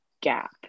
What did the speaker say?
gap